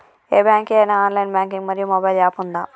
ఏ bank కి ఐనా online banking మరియు మొబైల్ యాప్ ఉందా?